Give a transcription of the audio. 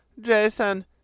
Jason